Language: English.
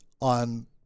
on